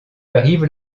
arrive